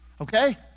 Okay